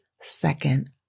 second